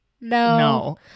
No